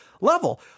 level